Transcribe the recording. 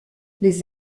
les